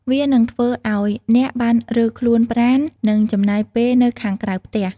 វានឹងធ្វើឱ្យអ្នកបានរើខ្លួនប្រាណនិងចំណាយពេលនៅខាងក្រៅផ្ទះ។